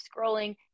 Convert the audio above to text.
scrolling